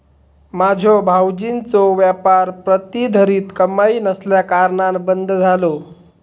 माझ्यो भावजींचो व्यापार प्रतिधरीत कमाई नसल्याकारणान बंद झालो